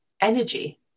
energy